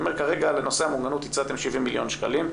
אני אומר כרגע לנושא המוגנות הצעתם 70 מיליון שקלים.